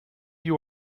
you